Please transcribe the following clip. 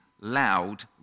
loud